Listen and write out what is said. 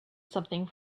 something